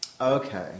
Okay